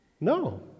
No